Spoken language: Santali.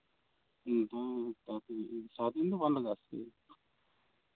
ᱦᱩᱸ ᱥᱟᱨᱟᱫᱤᱱ ᱫᱚ ᱵᱟᱝ ᱞᱟᱜᱟᱜᱼᱟ